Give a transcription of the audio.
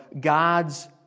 God's